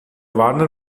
warner